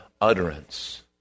utterance